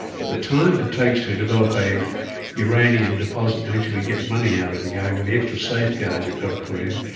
but the time it takes to develop a uranium deposit and actually get money out of it again, with the extra safeguards you've got to put in,